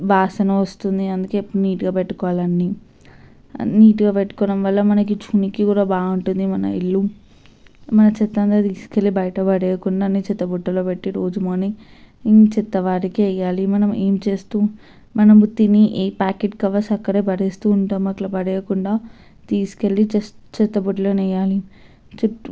వాసన వస్తుంది అందుకే నీట్గా పెట్టుకోలి అని నీట్గా పెట్టుకొని వల్ల మనకి చూనికి కూడా బాగా ఉంటుంది మన ఇల్లు మన చెత్త అంతా తీసుకెళ్ళి బయట పడేయకుండా చెత్త బుట్టలో పెట్టి రోజు మార్నింగ్ చెత్త వాడికి వేయాలి మనం ఏం చేస్తూ మనం తినే ఏ ప్యాకెట్ కవర్స్ అక్కడే పడేస్తూ ఉంటాం అట్ల పడేయకుండా తీసుకెళ్ళి చెత్త బుట్టలోనెయ్యాలి